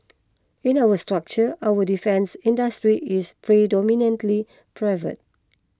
in our structure our defence industry is predominantly private